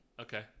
Okay